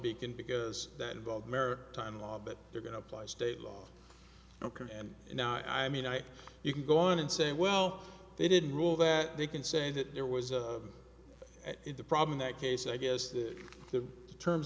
beacon because that involve mare time law but they're going to apply state law ok and now i mean i you can go in and say well they didn't rule that they can say that there was in the problem that case i guess that the terms